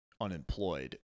unemployed